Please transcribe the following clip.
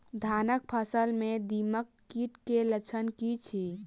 धानक फसल मे दीमक कीट केँ लक्षण की अछि?